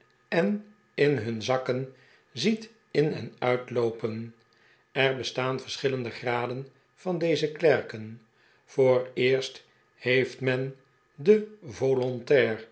en in hun zakken ziet in en uitloopen er bestaan verschillende graden van deze klerken vooreerst heeft men den volontair